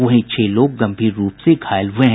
वहीं छह लोग गंभीर रूप से घायल हुये हैं